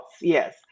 Yes